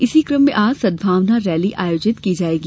इसी क्रम में आज सद्भावना रैली आयोजित की जायेगी